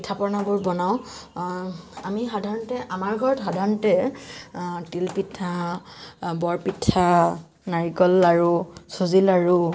পিঠা পনাবোৰ বনাওঁ আমি সাধাৰণতে আমাৰ ঘৰত সাধাৰণতে তিলপিঠা বৰপিঠা নাৰিকল লাৰু চুজি লাৰু